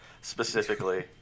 specifically